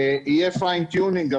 יהיה פיין-טיונינג,